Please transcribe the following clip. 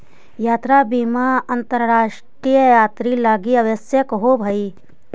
यात्रा बीमा अंतरराष्ट्रीय यात्रि लगी आवश्यक होवऽ हई